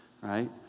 right